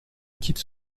quitte